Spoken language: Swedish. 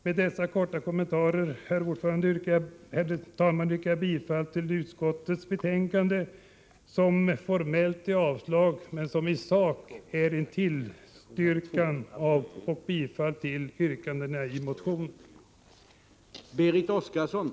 Med dessa korta kommentarer, herr talman, yrkar jag bifall till utskottets hemställan, som formellt innebär ett avslag på motionen men som i sak är en tillstyrkan av motionsyrkandena.